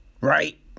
right